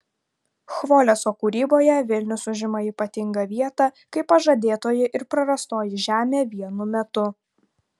chvoleso kūryboje vilnius užima ypatingą vietą kaip pažadėtoji ir prarastoji žemė vienu metu